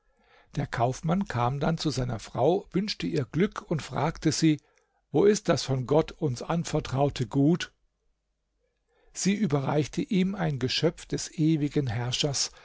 der kaufmann kam dann zu seiner frau wünschte ihr glück und fragte sie wo ist das von gott uns anvertraute gut sie überreichte ihm ein geschöpf des ewigen herrschers